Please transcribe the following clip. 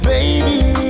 Baby